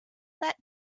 that